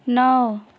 नौ